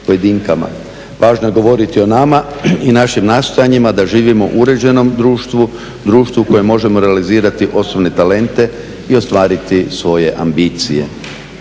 pojedinkama. Važno je govoriti o nama i našim nastojanjima da živimo u uređenom društvu, društvo u kojem možemo realizirati osnovne talente i ostvariti svoje ambicije.